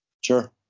Sure